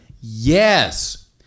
Yes